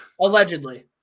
Allegedly